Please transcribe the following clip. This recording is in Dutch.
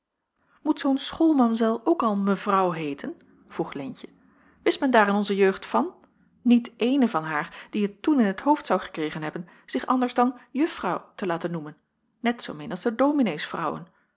maar moet zoo'n schoolmamzel ook al mevrouw heeten vroeg leentje wist men daar in onze jeugd van niet eene van haar die het toen in t hoofd zou gekregen hebben zich anders dan juffrouw te laten noemen net zoomin als de domineesvrouwen